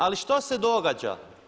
Ali što se događa?